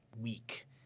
week